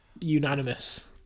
unanimous